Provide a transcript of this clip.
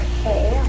Okay